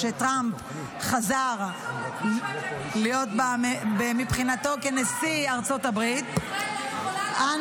כשטראמפ חזר להיות נשיא ארצות הברית -- מה זה קשור לטראמפ?